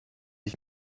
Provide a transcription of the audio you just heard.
ich